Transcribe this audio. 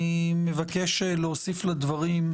אני מבקש להוסיף לדברים,